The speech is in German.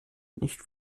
nicht